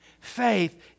Faith